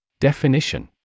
Definition